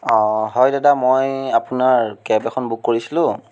অঁ হয় দাদা মই আপোনাৰ কেব এখন বুক কৰিছিলোঁ